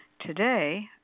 today